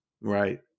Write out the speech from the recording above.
right